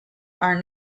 are